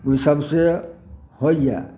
इसब से होइया